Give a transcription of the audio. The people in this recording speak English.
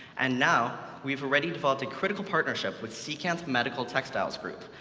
and now, we've already developed a critical partnership with secant medical-textiles group,